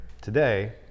today